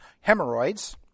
hemorrhoids